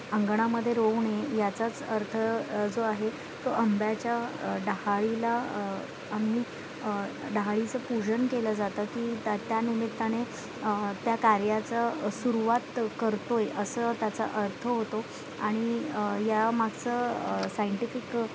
अंगणामध्ये रोवणे याचाच अर्थ जो आहे तो अंब्याच्या डहाळीला आम्ही डहाळीचं पूजन केलं जातं की त्या त्यानिमित्ताने त्या कार्याचं सुरुवात करतो आहे असं त्याचा अर्थ होतो आणि या मागचं सायंटिफिक